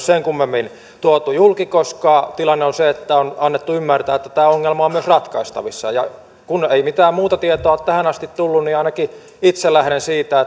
sen kummemmin tuotu julki koska tilanne on se että on annettu ymmärtää että tämä ongelma on myös ratkaistavissa kun ei mitään muuta tietoa ole tähän asti tullut niin ainakin itse lähden siitä